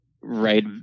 right